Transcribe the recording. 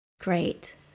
Great